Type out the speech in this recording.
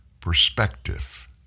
perspective